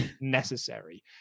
necessary